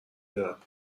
برم